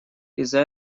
из‑за